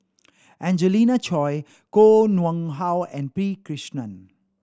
Angelina Choy Koh Nguang How and P Krishnan